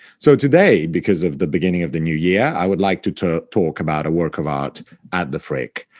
so today, because of the beginning of the new year, i would like to to talk about a work of art at the frick,